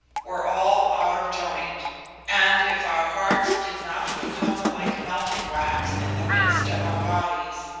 were all out of joint and if our hearts did not become like melting wax in the midst of our bodies,